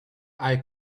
eye